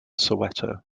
soweto